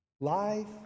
life